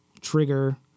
trigger